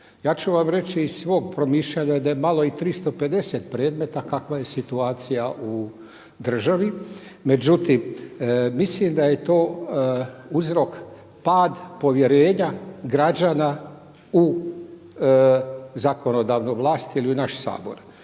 Ja ću vam reći iz svog promišljanja da je malo i 350 predmeta kakva je situacija u državi. Međutim, mislim da je to uzrok pad povjerenja građana u zakonodavnoj vlasti ili u naš Sabor.